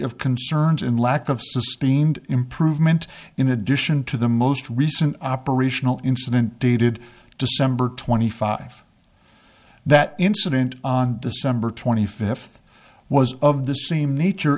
of concerns and lack of sustained improvement in addition to the most recent operational incident dated december twenty five that incident on december twenty fifth was of the same nature